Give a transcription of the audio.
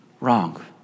wrong